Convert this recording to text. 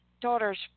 daughter's